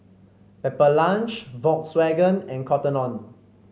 Pepper Lunch Volkswagen and Cotton On